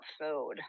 food